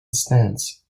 stands